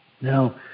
Now